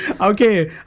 Okay